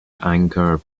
anchor